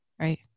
right